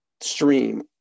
stream